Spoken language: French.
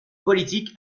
politique